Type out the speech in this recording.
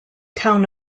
town